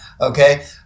Okay